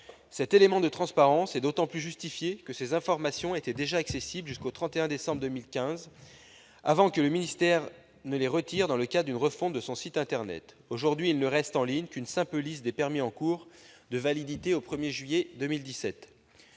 renforcement de la transparence est d'autant plus justifié que ces informations étaient accessibles jusqu'au 31 décembre 2015, avant que le ministère ne les retire de son site internet dans le cadre d'une refonte de celui-ci. Aujourd'hui, il ne reste en ligne qu'une simple liste des permis en cours de validité au 1 juillet 2017.